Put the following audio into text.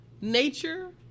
nature